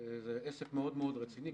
זה עסק מאוד מאוד רציני.